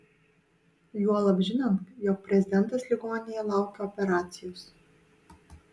juolab žinant jog prezidentas ligoninėje laukia operacijos